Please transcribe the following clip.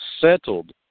settled